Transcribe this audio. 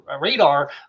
radar